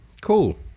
Cool